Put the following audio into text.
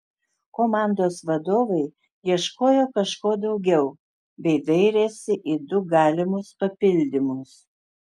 komandos vadovai ieškojo kažko daugiau bei dairėsi į du galimus papildymus